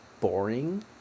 boring